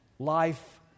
life